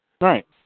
Right